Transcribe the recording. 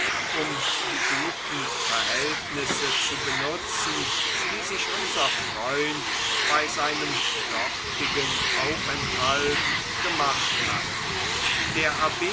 um die guten verhältnisse zu benutzen die sich unser freund bei seinem dortigen aufenthalt gemacht hat der